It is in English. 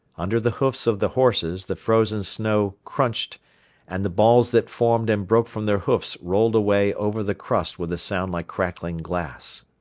under the hoofs of the horses the frozen snow crunched and the balls that formed and broke from their hoofs rolled away over the crust with a sound like crackling glass.